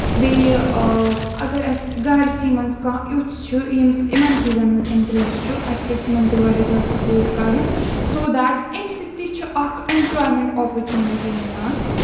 بیٚیہِ اَگر اَسہِ گرٕسٕے منٛز کانٛہہ یُتھ چھُ یٔمِس یِمن چیٖزَن منٛز اِنٹرَسٹ چھُ اَسہِ پَزِ تِمن تہِ واریاہ زیادٕ سَپورٹ کَرُن سو ڈیٹ اَمہِ سۭتۍ تہِ چھُ اکھ ایٚمپٕلایمینٹ اپرچونِٹی مِلان